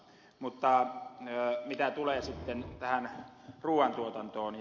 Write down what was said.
mutta mitä tulee sitten hyvän ruuan tuotantoon